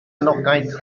anogaeth